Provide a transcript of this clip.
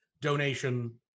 donation